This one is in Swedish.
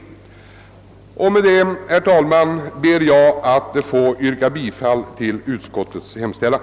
Herr talman! Med dessa ord ber jag få yrka bifall till utskottets hemställan.